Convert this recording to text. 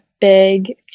big